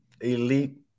elite